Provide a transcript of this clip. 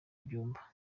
byumba